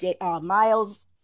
Miles